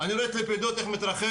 אני רואה את לפידות איך הוא מתרחב,